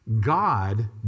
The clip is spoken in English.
God